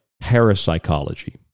parapsychology